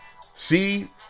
See